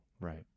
Right